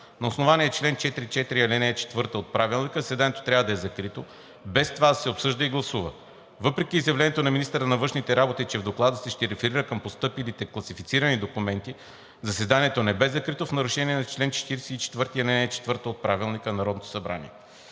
На основание чл. 44, ал. 4 от Правилника заседанието трябва да е закрито, без това да се обсъжда и гласува. Въпреки изявлението на министъра на външните работи, че в доклада си ще реферира към постъпилите класифицирани документи, заседанието не беше закрито в нарушение на чл. 44, ал. 4 от Правилника на Народното събрание.